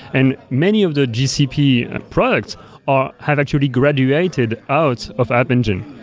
and many of the gcp product ah have actually graduated out of app engine.